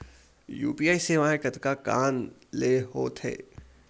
UPI सेवाएं कतका कान ले हो थे?